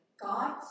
God